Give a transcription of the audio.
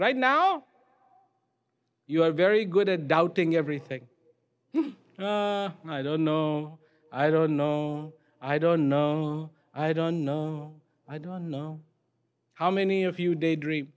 right now you are very good at doubting everything i don't know i don't know i don't know i don't know i don't know how many of you daydream